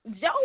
Joe